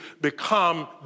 become